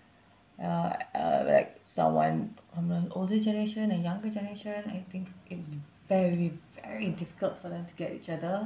ya uh like someone from a older generation a younger generation I think it's very very difficult for them to get each other